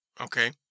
Okay